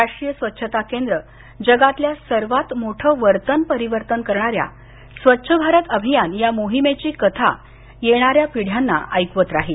राष्ट्रीय स्वच्छता केंद्र जगातल्या सर्वात मोठं वर्तन परिवर्तन करणाऱ्या स्वच्छ भारत अभियान या मोहिमेची कथा येणाऱ्या पिढ्यांना ऐकवत राहील